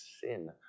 sin